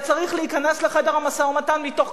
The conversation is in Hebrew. אלא צריך להיכנס לחדר המשא-ומתן מתוך